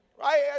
Right